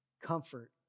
comfort